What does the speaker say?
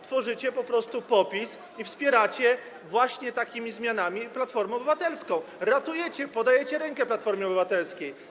Tworzycie po prostu PO-PiS i wspieracie właśnie takimi zmianami Platformę Obywatelską, ratujecie, podajecie rękę Platformie Obywatelskiej.